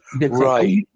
right